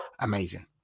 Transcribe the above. amazing